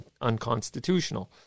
unconstitutional